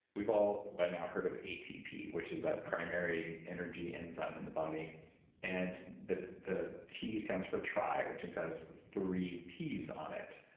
we've all by now heard of atp which is that primary energy enzyme in the body and the the t stands for tri, which has three ps on it,